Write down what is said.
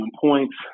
points